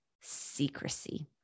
secrecy